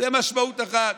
זו משמעות אחת.